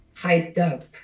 hyped-up